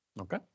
Okay